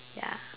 ya